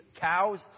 cows